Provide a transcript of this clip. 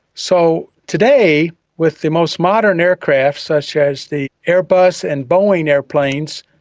so today with the most modern aircraft such as the airbus and boeing aeroplanes,